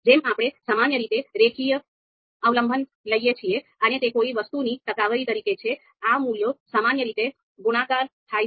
જેમ આપણે સામાન્ય રીતે રેખીય અવલંબન લઈએ છીએ અને તે કોઈ વસ્તુની ટકાવારી તરીકે છે આ મૂલ્યો સામાન્ય રીતે ગુણાકાર થાય છે